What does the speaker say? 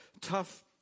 tough